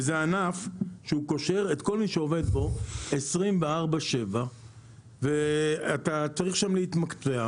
זה ענף שקושר את כל מי שעובד בו 24/7 וצריך להתמקצע.